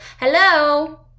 hello